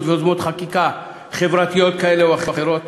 ויוזמות חקיקה חברתיות כאלה ואחרות